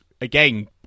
again